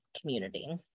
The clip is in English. community